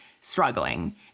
struggling